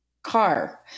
car